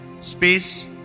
space